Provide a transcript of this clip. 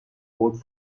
vote